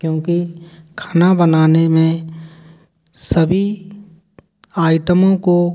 क्योंकि खाना बनाने में सभी आइटमों को